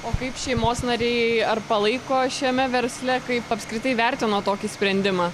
o kaip šeimos nariai ar palaiko šiame versle kaip apskritai vertino tokį sprendimą